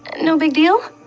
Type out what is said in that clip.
no big deal.